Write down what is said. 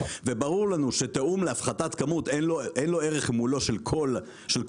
וברור לנו שתיאום להפחתת כמות אין לו ערך מול כל שלוחת